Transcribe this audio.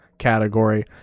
Category